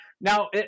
Now